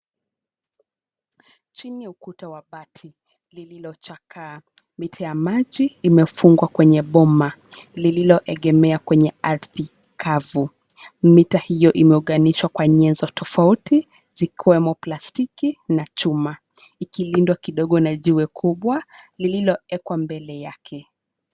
Chini ukuta wa bati lililochakaa. Mita ya maji imefungwa kwenye boma lililoegemea kwenye ardhi kavu. Mita hiyo imeunganishwa kwa nyenzo tofauti, zikiwemo plastiki na chuma, ikilindwa kidogo na jiwe kubwa lililoekwa mbele yake.